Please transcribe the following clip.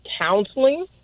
counseling